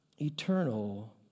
eternal